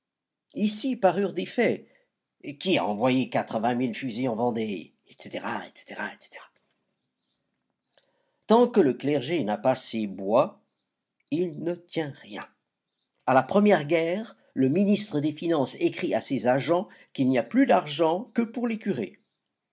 ici parurent des faits qui a envoyé quatre-vingt mille fusils en vendée etc etc tant que le clergé n'a pas ses bois il ne tient rien a la première guerre le ministre des finances écrit à ses agents qu'il n'y a plus d'argent que pour les curés